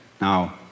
Now